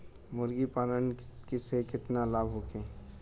मुर्गीपालन से केतना लाभ होखे?